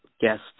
guest